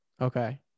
Okay